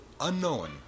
unknown